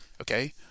Okay